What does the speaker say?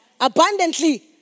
abundantly